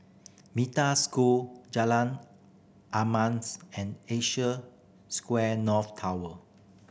Metta School Jalan and Asia Square North Tower